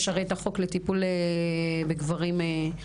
יש הרי את החוק לטיפול בגברים אלימים.